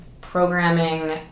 programming